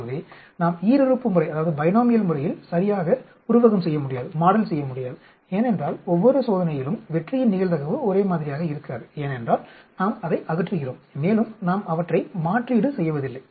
ஆகவே நாம் ஈருறுப்பு முறையில் சரியாக உருவகம் செய்ய முடியாது ஏனென்றால் ஒவ்வொரு சோதனையிலும் வெற்றியின் நிகழ்தகவு ஒரே மாதிரியாக இருக்காது ஏனென்றால் நாம் அதை அகற்றுகிறோம் மேலும் நாம் அவற்றை மாற்றீடு செய்வதில்லை